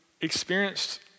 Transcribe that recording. experienced